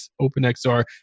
OpenXR